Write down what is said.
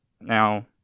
Now